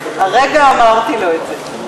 הרגע אמרתי לו את זה.